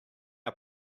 our